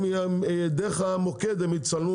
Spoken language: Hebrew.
דרך המוקד הם יצלמו.